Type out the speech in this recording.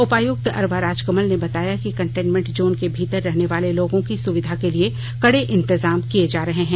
उपायुक्त अरवा राजकमल ने बताया कि कंटेनमेंट जोन के भीतर रहने वाले लोगों की सुरक्षा के लिए कड़े इंतजाम किए जा रहे हैं